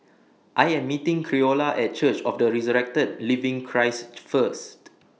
I Am meeting Creola At Church of The Resurrected Living Christ First